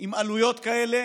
עם עלויות כאלה